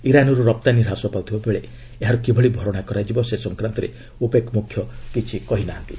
ଇରାନ୍ରୁ ରପ୍ତାନୀ ହ୍ରାସ ପାଉଥିବା ବେଳେ ଏହାର କିଭଳି ଭରଣା କରାଯିବ ସେ ସଂକ୍ରାନ୍ତରେ ଓପେକ୍ ମୁଖ୍ୟ କିଛି କହି ନାହାନ୍ତି